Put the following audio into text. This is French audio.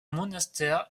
monastère